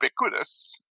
ubiquitous